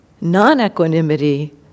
Non-equanimity